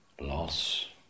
loss